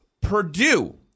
Purdue